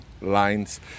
lines